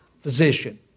physician